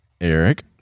Eric